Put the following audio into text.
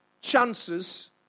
chances